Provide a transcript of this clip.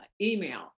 email